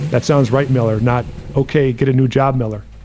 that sounds right miller or not, okay, get a new job. miller.